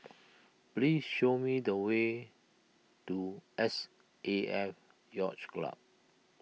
please show me the way to S A F Yacht Club